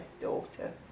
daughter